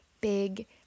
big